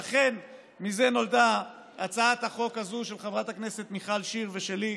ואכן מזה נולדה הצעת החוק הזו של חברת הכנסת מיכל שיר ושלי,